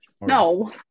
No